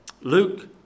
Luke